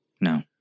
No